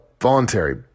voluntary